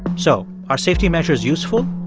so are safety measures useful?